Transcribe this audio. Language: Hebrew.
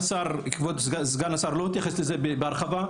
שכבוד סגן השר לא התייחס לזה בהרחבה,